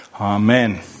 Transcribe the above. Amen